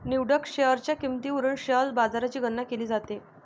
निवडक शेअर्सच्या किंमतीवरून शेअर बाजाराची गणना केली जाते